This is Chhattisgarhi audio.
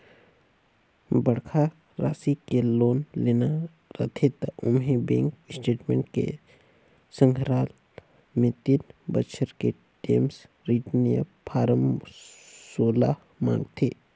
बड़खा रासि के लोन लेना रथे त ओम्हें बेंक स्टेटमेंट के संघराल मे तीन बछर के टेम्स रिर्टन य फारम सोला मांगथे